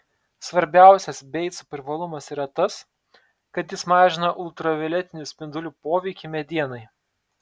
svarbiausias beico privalumas yra tas kad jis mažina ultravioletinių spindulių poveikį medienai